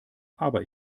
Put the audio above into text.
aber